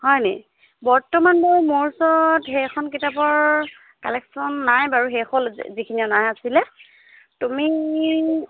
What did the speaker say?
হয়নি বৰ্তমান মোৰ ওচৰত সেইখন কিতাপৰ কালেকশ্যন নাই বাৰু শেষ হ'ল যিখিনি অনা আছিলে তুমি